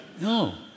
No